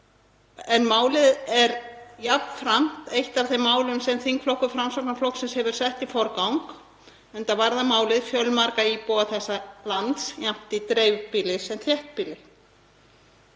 en málið er jafnframt eitt af þeim málum sem þingflokkur Framsóknarflokksins hefur sett í forgang, enda varðar málið fjölmarga íbúa þessa lands, jafnt í dreifbýli sem þéttbýli.